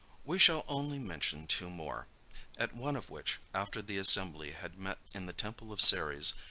we shall only mention two more at one of which, after the assembly had met in the temple of ceres,